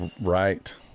right